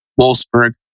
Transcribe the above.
Wolfsburg